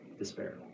despair